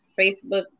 Facebook